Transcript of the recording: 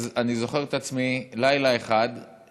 אז אני זוכר את עצמי לילה אחד: